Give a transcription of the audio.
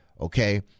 Okay